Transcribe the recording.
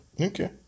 Okay